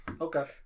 Okay